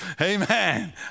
amen